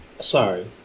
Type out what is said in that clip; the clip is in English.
Sorry